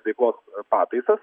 veiklos pataisas